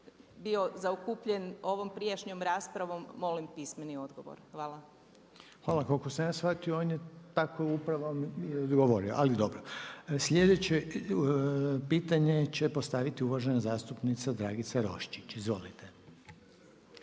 bio zaokupljen ovom prijašnjom raspravom molim pismeni odgovor. Hvala. **Reiner, Željko (HDZ)** Hvala. Koliko sam ja shvatio on je tako upravo vam odgovorio, ali dobro. Slijedeće pitanje će postaviti uvažena zastupnica Dragica Roščić. Izvolite.